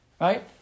right